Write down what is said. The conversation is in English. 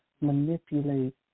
manipulate